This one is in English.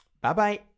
Bye-bye